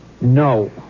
No